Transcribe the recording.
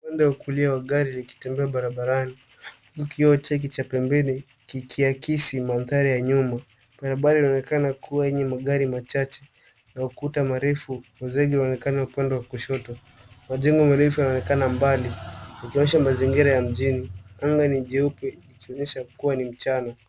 Upande wa kulia wa gari likitembea darasani huku kioo chake cha pembeni kikiakisi mandhari ya nyuma. Barabara inaonekana kuwa yenye magari machache na ukuta mrefu wa zege unaonekana upande wa kushoto. Majengo marefu yanaonekana mbali yakionyesha mazingira ya mjini. Anga ni jeupe likionyesha kuwa ni mchana.